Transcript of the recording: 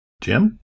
Jim